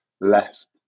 left